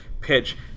pitch